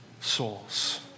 souls